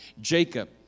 Jacob